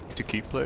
to keep